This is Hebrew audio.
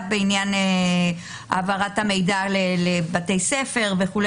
בעניין העברת המידע לבתי ספר וכו',